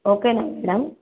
ఓకేనా మేడం